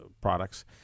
products